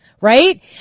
right